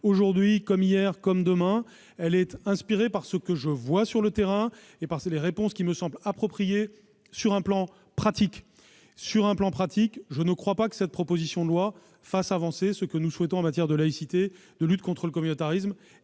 aujourd'hui comme hier et comme demain, est inspirée par ce que je vois sur le terrain ; les réponses que je donne me semblent appropriées sur un plan pratique. Or, précisément, sur un plan pratique, je ne pense pas que cette proposition de loi fasse avancer ce que nous souhaitons en matière de laïcité, de lutte contre le communautarisme